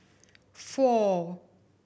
four